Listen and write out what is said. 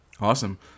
Awesome